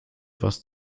was